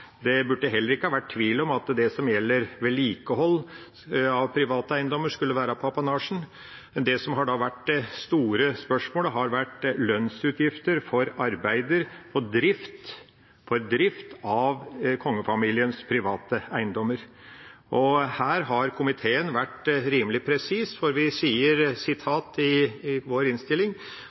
Det burde heller ikke vært tvil om at det som gjelder vedlikehold av private eiendommer, skulle være av apanasjen. Det som har vært det store spørsmålet, har vært lønnsutgifter for arbeider på og drift av kongefamiliens private eiendommer. Her har komiteen vært rimelig presis, for vi sier i vår innstilling: